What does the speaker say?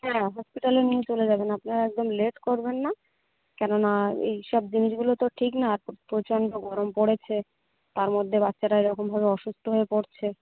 হ্যাঁ হসপিটালে নিয়ে চলে যাবেন আপনারা একদম লেট করবেন না কেননা এই সব জিনিসগুলো তো ঠিক না প্রচণ্ড গরম পড়েছে তার মধ্যে বাচ্চাটা এরকমভাবে অসুস্থ হয়ে পড়ছে